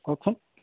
কওকচোন